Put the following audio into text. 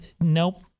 nope